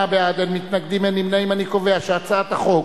ההצעה להעביר את הצעת חוק